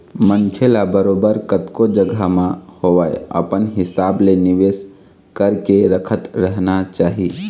मनखे ल बरोबर कतको जघा म होवय अपन हिसाब ले निवेश करके रखत रहना चाही